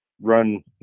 run